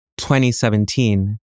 2017